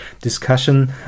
discussion